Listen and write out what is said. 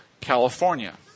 California